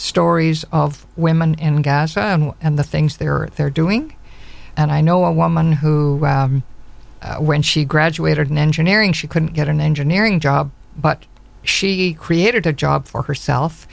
stories of women in gas and the things they are there doing and i know a woman who when she graduated in engineering she couldn't get an engineering job but she created a job for herself